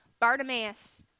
Bartimaeus